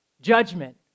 judgment